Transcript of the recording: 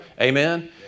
Amen